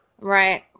Right